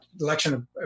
election